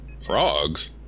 Frogs